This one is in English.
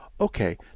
Okay